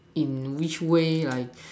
in which way like